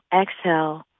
exhale